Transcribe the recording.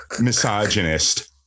misogynist